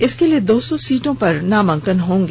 इसके लिए दो सौ सीटों पर नामांकन होगा